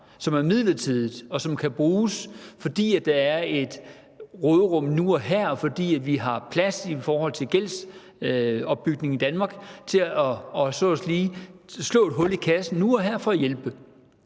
som er midlertidige, og som kan bruges, fordi der er et råderum nu og her, fordi vi har plads i forhold til gældsopbygningen i Danmark til at slå et hul i kassen nu og her for at hjælpe,